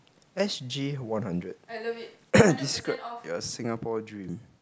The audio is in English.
S G one hundred describe your Singapore dream